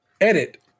Edit